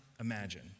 Imagine